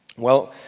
well,